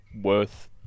worth